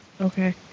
Okay